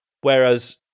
whereas